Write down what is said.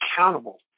accountable